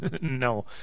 No